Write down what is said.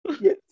Yes